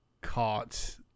caught